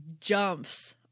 jumps